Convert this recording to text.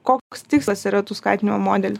koks tikslas yra tų skatinimo modelių